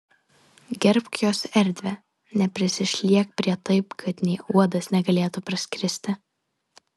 gerbk jos erdvę neprisišliek prie taip kad nė uodas negalėtų praskristi